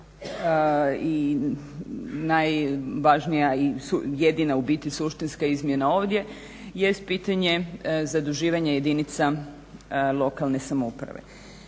i najvažnija i jedina u biti suštinska izmjena ovdje jest pitanje zaduživanja jedinica lokalne samouprave.